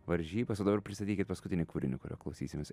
varžybas o dabar pristatykit paskutinį kūrinį kurio klausysimės